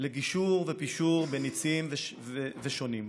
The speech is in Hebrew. לגישור ופישור בין ניצים שונים.